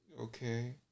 Okay